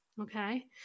okay